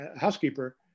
housekeeper